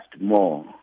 more